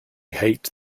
hate